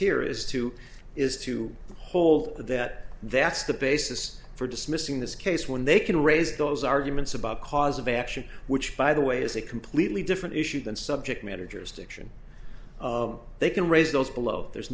here is to is to hold that that's the basis for dismissing this case when they can raise those arguments about cause of action which by the way is a completely different issue than subject managers stiction they can raise those below there's